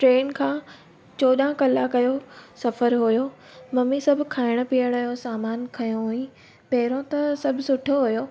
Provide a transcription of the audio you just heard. train खां चौॾहं कलाक जो सफ़र हुयो मम्मी सभु खाइण पीअण जो सामान खयों हुवईं पहिरों त सभु सुठो हुयो